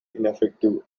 ineffective